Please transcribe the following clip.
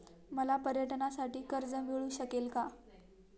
मला पर्यटनासाठी कर्ज मिळू शकेल का?